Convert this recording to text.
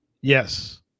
Yes